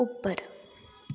उप्पर